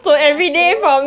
oh ya true